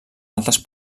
altes